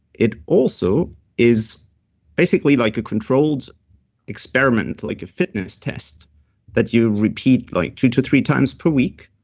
it also is basically like a controlled experiment, like a fitness test that you repeat like two to three times per week.